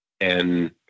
-and